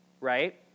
right